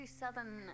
southern